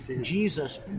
Jesus